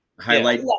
Highlight